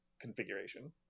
configuration